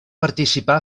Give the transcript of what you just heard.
participar